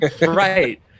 Right